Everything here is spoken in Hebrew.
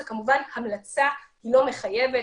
זו כמובן המלצה לא מחייבת,